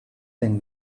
thing